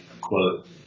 quote